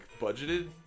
budgeted